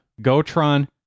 gotron